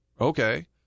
Okay